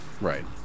right